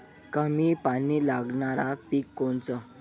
कमी पानी लागनारं पिक कोनचं?